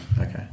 okay